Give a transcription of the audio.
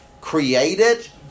created